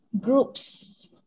groups